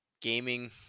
gaming